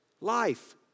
life